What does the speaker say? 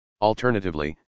Alternatively